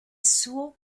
suo